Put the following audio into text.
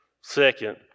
Second